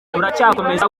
turacyakomeza